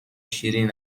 شیرین